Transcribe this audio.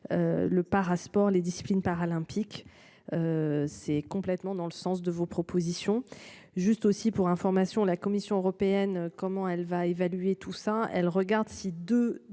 Le para sport les disciplines paralympiques. C'est complètement dans le sens de vos propositions justes aussi. Pour information, la Commission européenne comment elle va évaluer Toussaint